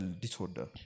disorder